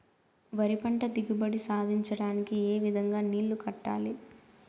వరి పంట దిగుబడి సాధించడానికి, ఏ విధంగా నీళ్లు కట్టాలి?